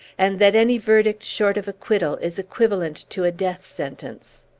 and that any verdict short of acquittal is equivalent to a death sentence!